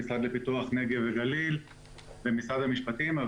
המשרד לפיתוח נגב גליל ומשרד המשפטים.